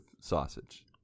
sausage